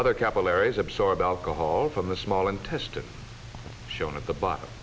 other capillaries absorb alcohol from the small intestine shown at the bottom